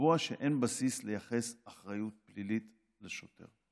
לקבוע שאין בסיס לייחס אחריות פלילית לשוטר.